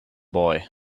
boy